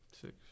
Six